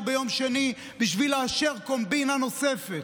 של יום שני בשביל לאשר קומבינה נוספת,